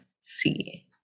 see